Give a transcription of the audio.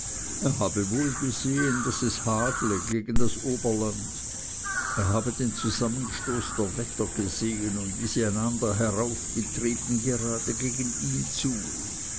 er habe wohl gesehen daß es hagle gegen das oberland er habe den zusammenstoß der wetter gesehen und wie sie einander heraufgetrieben gerade gegen ihn zu